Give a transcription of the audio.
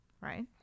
Right